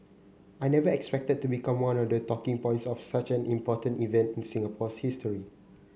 I never expected to become one of the talking points of such an important event in Singapore's history